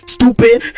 Stupid